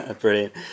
brilliant